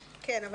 לכן אני אומרת,